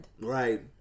Right